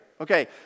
Okay